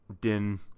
Din